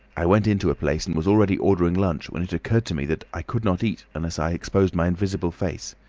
i went into a place and was already ordering lunch, when it occurred to me that i could not eat unless i exposed my invisible face.